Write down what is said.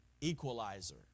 equalizer